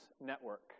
Network